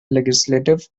legislative